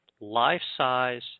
life-size